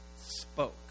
spoke